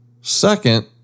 Second